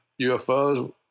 UFOs